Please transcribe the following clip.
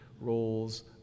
roles